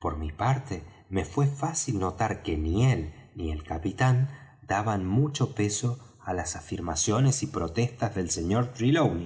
por mi parte me fué fácil notar que ni él ni el capitán daban mucho peso á las afirmaciones y protestas del sr